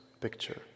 picture